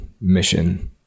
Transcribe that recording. mission